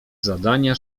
zadania